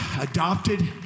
adopted